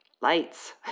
lights